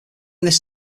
this